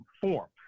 form